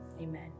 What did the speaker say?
amen